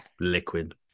liquid